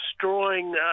destroying